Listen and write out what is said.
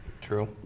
true